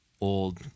old